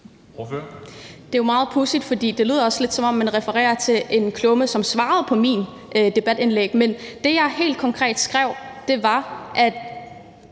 Det er meget pudsigt, for det lyder lidt, som om der bliver refereret til en klumme, som var et svar på mit debatindlæg. Det, jeg helt konkret skrev, var: Prøv